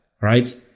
right